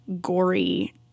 gory